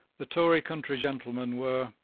the tory country gentlemen were,